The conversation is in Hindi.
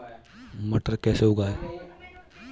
मटर कैसे उगाएं?